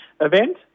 event